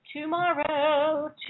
tomorrow